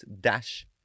dash